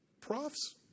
profs